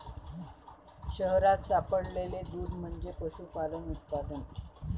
शहरात सापडलेले दूध म्हणजे पशुपालन उत्पादन